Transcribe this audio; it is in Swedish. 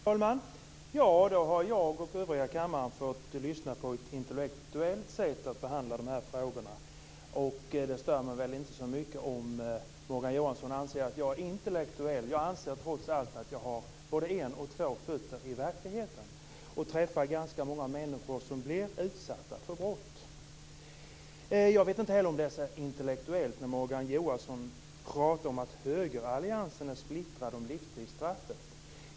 Fru talman! Då har jag och övriga i kammaren fått lyssna på ett intellektuellt sätt att behandla frågorna. Det stör mig inte så mycket om Morgan Johansson anser mig vara antiintellektuell. Jag anser, trots allt, att jag har både en och två fötter i verkligheten. Jag träffar ganska många människor som har blivit utsatta för brott. Jag vet inte heller om det är så intellektuellt när Morgan Johansson pratar om att högeralliansen är splittrad i frågan om livstidsstraffet.